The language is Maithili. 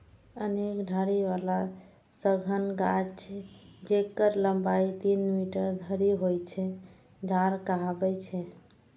अनेक डारि बला सघन गाछ, जेकर लंबाइ तीन मीटर धरि होइ छै, झाड़ कहाबै छै